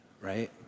right